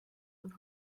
and